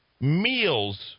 meals